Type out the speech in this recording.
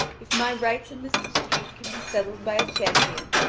if my rights in this dispute can be settled by a champion,